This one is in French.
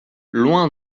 loin